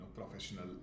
Professional